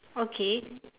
okay